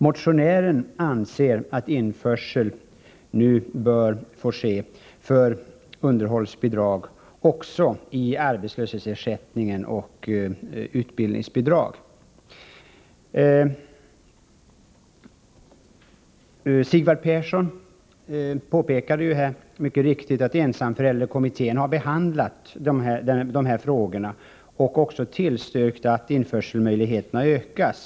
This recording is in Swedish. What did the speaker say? Motionären anser att införsel för fordran på underhållsbidrag bör få ske också i arbetslöshetsersättning och utbildningsbidrag. Sigvard Persson påpekade mycket riktigt att ensamförälderkommittén har behandlat de här frågorna och också tillstyrkt att införselmöjligheterna utökas.